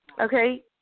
Okay